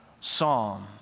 psalm